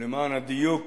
ולמען הדיוק